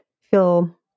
feel